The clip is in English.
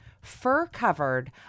fur-covered